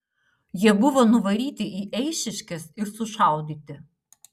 jie buvo nuvaryti į eišiškes ir sušaudyti